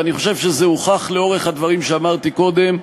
ואני חושב שזה הוכח לאורך הדברים שאמרתי קודם,